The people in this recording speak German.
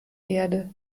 erde